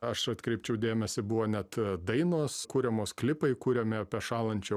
aš atkreipčiau dėmesį buvo net dainos kuriamos klipai kuriami apie šąlančią